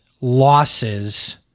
losses